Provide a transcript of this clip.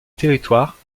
territoire